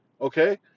okay